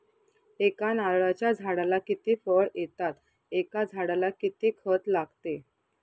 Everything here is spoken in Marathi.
एका नारळाच्या झाडाला किती फळ येतात? एका झाडाला किती खत लागते?